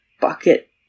bucket